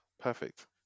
Perfect